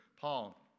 Paul